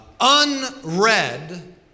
unread